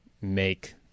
make